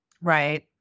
Right